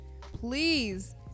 Please